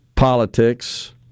politics